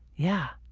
yeah.